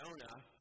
Jonah